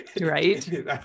right